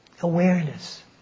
Awareness